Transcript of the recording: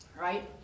right